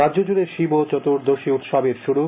রাজ্য জুড়ে শিব চতুর্দশী উৎসবের শুরু